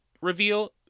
reveal